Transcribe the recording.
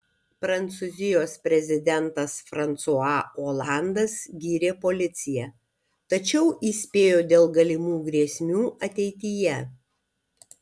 prancūzijos prezidentas fransua olandas gyrė policiją tačiau įspėjo dėl galimų grėsmių ateityje